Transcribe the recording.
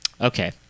Okay